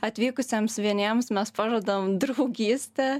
atvykusiems vieniems mes pažadam draugystę